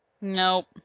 Nope